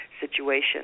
situation